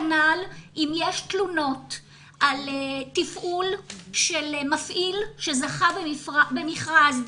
כנ"ל אם יש תלונות על תפעול של מפעיל שזכה במכרז,